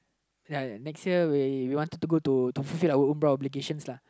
ya next year we we want to go to to fulfill our umrah obligations lah